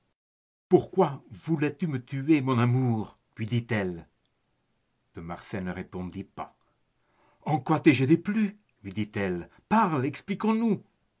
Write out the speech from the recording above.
pourquoi voulais-tu me tuer mon amour lui dit-elle de marsay ne répondit pas en quoi t'ai-je déplu lui dit-elle parle expliquons-nous